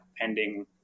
pending